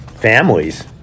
families